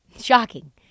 Shocking